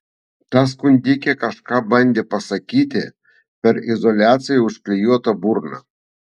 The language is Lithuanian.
ta skundikė kažką bandė pasakyti per izoliacija užklijuotą burną